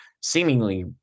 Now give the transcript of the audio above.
seemingly